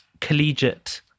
collegiate